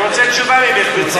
זה מה שכתוב אצלי.